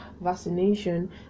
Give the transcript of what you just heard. vaccination